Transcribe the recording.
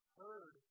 heard